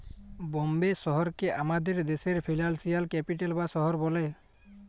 বম্বে শহরকে আমাদের দ্যাশের ফিল্যালসিয়াল ক্যাপিটাল বা শহর ব্যলে